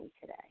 today